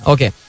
Okay